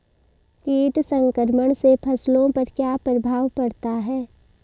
कीट संक्रमण से फसलों पर क्या प्रभाव पड़ता है?